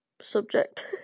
subject